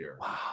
Wow